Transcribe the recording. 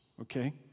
Okay